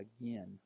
again